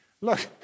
Look